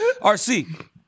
RC